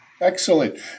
Excellent